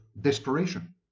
desperation